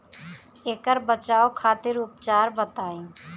ऐकर बचाव खातिर उपचार बताई?